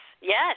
Yes